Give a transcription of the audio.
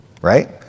Right